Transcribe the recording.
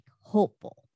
hopeful